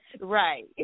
Right